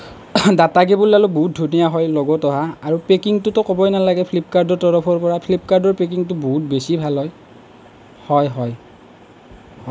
data কেবুলডালো বহুত ধুনীয়া হয় লগত অহা আৰু পেকিঙটোতো ক'বই নালাগে ফ্লিপকাৰ্টৰ তৰফৰ পৰা ফ্লিপকাৰ্টৰ পেকিঙটো বহুত বেছি ভাল হয় হয় হয়